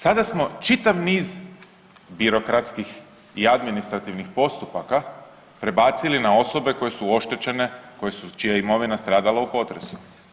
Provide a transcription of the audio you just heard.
Sada smo čitav niz birokratskih i administrativnih postupaka prebacili na osobe koje su oštećene, čija je imovina stradala u potresu.